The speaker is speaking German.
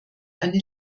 eine